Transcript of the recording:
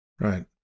Right